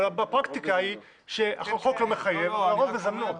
אבל הפרקטיקה היא שהחוק לא מחייב והרוב מזמנות.